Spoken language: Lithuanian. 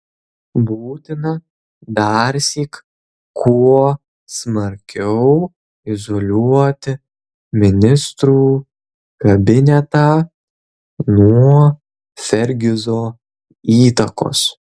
būtina darsyk kuo smarkiau izoliuoti ministrų kabinetą nuo fergizo įtakos